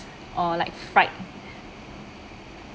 or like fried